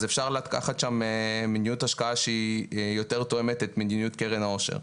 אז אפשר לקחת שם מדיניות השקעה שהיא יותר תואמת את מדיניות קרן העושר.